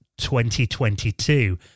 2022